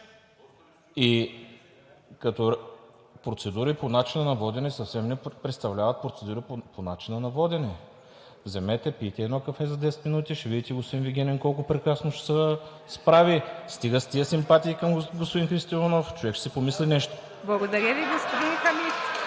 процедури по начина на водене, съвсем не представляват процедури по начина на водене. Вземете, пийте едно кафе за 10 минути, ще видите господин Вигенин колко прекрасно ще се справи. Стига с тези симпатии към господин Христо Иванов. Човек ще си помисли нещо. (Смях. Шум и реплики.)